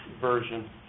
version